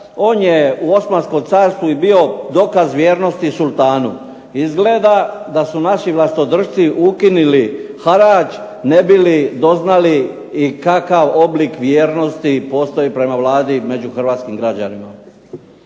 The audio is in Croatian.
on je u Osmanskom carstvu i bio dokaz vjernosti sultanu. Izgleda da su naši vlastodršci ukinuli harač ne bi li doznali i kakav oblik vjernosti postoji prema vladi i među hrvatskim građanima.